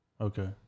Okay